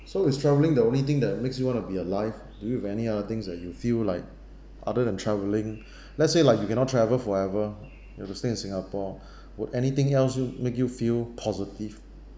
so is travelling the only thing that makes you want to be alive do you have any other things that you feel like other than travelling let say like you cannot travel forever you have to stay in singapore would anything else you make you feel positive